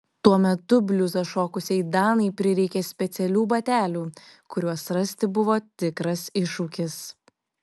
tuo metu bliuzą šokusiai danai prireikė specialių batelių kuriuos rasti buvo tikras iššūkis